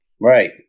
Right